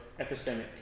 epistemic